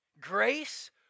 grace